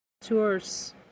Tours